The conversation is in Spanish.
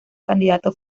candidato